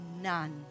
none